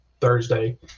Thursday